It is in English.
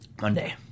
Monday